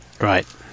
Right